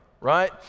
right